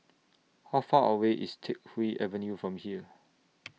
How Far away IS Teck Whye Avenue from here